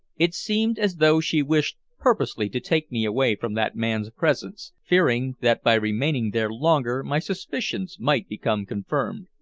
it seemed as though she wished purposely to take me away from that man's presence, fearing that by remaining there longer my suspicions might become confirmed.